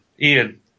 Ian